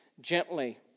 gently